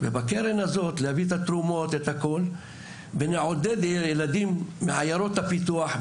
ובקרן הזאת להביא את התרומות וכך נעודד ילדים מעיירות הפיתוח,